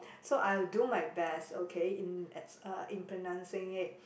so I'll do my best okay in at uh in pronouncing it